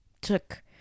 took